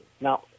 now